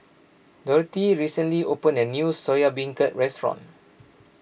Dorthey recently opened a new Soya Beancurd restaurant